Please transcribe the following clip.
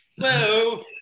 Whoa